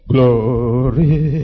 Glory